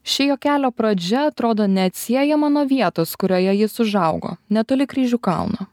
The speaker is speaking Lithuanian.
ši jo kelio pradžia atrodo neatsiejama nuo vietos kurioje jis užaugo netoli kryžių kalno